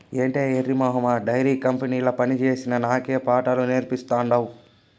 ఏటే ఎర్రి మొహమా డైరీ కంపెనీల పనిచేసిన నాకే పాఠాలు నేర్పతాండావ్